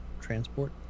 transport